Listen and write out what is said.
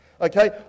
Okay